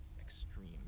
extreme